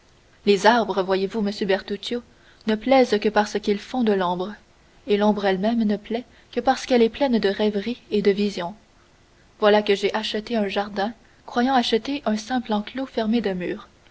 les arbres voyez-vous monsieur bertuccio ne plaisent que parce qu'ils font de l'ombre et l'ombre elle-même ne plaît que parce qu'elle est pleine de rêveries et de visions voilà que j'ai acheté un jardin croyant acheter un simple enclos fermé de murs